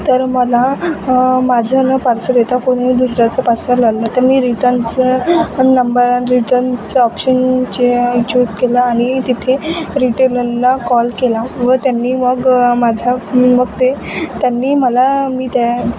तर मला माझं ना पार्सल येतं पण मी दुसऱ्याचं पार्सल आणलं तर मी रिटर्नचं नंबर आणि रिटर्नचं ऑपशनचे चूज केला आणि तिथे रिटेलरला कॉल केला व त्यांनी मग माझा मग ते त्यांनी मला मी त्या